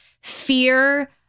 fear